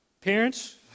Parents